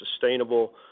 sustainable